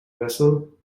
vessel